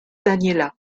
daniela